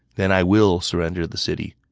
then i will surrender the city.